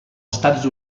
estats